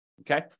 okay